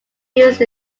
used